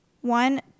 one